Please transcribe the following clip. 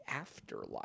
afterlife